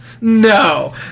no